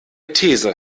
these